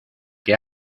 que